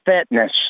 Fitness